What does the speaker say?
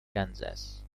kansas